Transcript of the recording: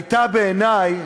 היה, בעיני,